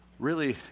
really,